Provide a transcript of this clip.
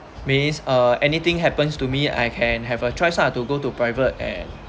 means uh anything happens to me I can have a choice lah to go to private and